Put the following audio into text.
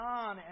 on